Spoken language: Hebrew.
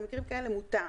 במקרים כאלה מותר.